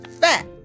fat